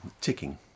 ticking